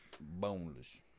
Boneless